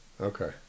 Okay